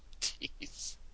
jeez